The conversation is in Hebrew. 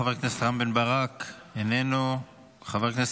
חבר הכנסת רם בן ברק, איננו, חבר הכנסת